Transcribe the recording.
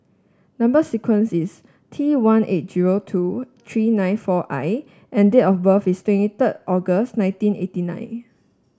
number sequence is T one eight zero two three nine four I and date of birth is twenty third August nineteen eighty nine